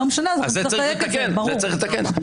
את זה צריך לתקן.